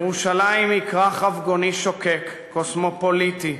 ירושלים היא כרך רבגוני שוקק, קוסמופוליטי,